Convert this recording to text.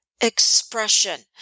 expression